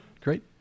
Great